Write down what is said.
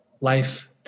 life